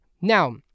Now